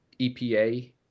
EPA